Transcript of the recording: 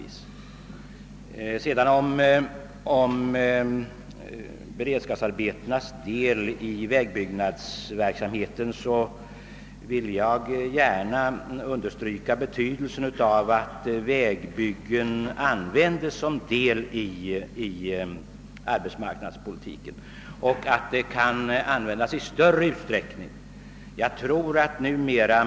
Beträffande beredskapsarbetenas del av vägbyggnadsverksamheten vill jag gärna understryka betydelsen av att vägbyggen i större utsträckning utnyttjas som ett inslag i arbetsmarknadspolitiken.